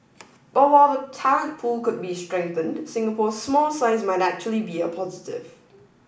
but while the talent pool could be strengthened Singapore's small size might actually be a positive